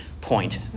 point